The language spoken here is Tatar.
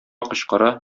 кычкыра